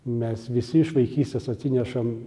mes visi iš vaikystės atsinešam